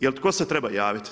Jer tko se treba javiti?